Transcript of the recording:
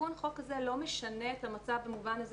תיקון החוק הזה לא משנה את המצב במובן הזה